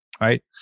Right